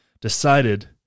decided